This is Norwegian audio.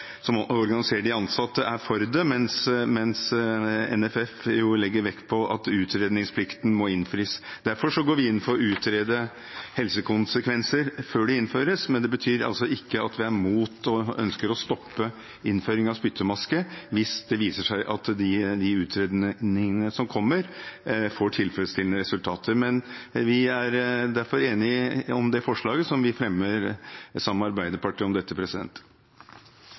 ansatte, er for det, mens NFF legger vekt på at utredningsplikten må innfris. Derfor går vi inn for å utrede helsekonsekvenser før det innføres. Men det betyr altså ikke at vi er imot og ønsker å stoppe innføring av spyttmaske hvis det viser seg at de utredningene som kommer, får tilfredsstillende resultater. Vi er derfor enige om de forslagene som vi fremmer sammen med Arbeiderpartiet om dette.